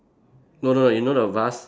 no no you know the vase